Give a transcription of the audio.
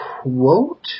quote